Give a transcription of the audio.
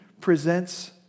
presents